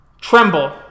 tremble